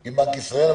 עם בנק ישראל.